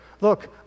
Look